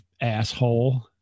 asshole